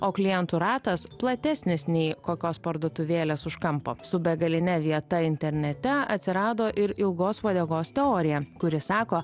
o klientų ratas platesnis nei kokios parduotuvėlės už kampo su begaline vieta internete atsirado ir ilgos uodegos teorija kuri sako